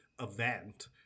event